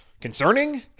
concerning